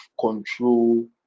control